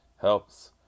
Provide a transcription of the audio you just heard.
helps